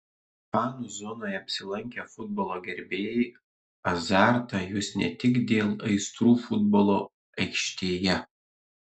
fanų zonoje apsilankę futbolo gerbėjai azartą jus ne tik dėl aistrų futbolo aikštėje